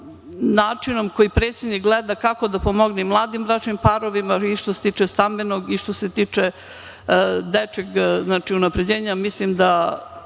načinom na koji predsednik gleda kako da pomogne mladim bračnim parovima i što se tiče stambenog i što se tiče dečijeg unapređenja,